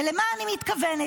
ולמה אני מתכוונת?